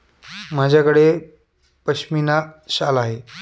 माझ्याकडे पश्मीना शाल आहे